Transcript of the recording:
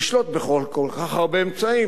לשלוט בכל כך הרבה אמצעים,